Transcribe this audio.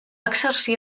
exercir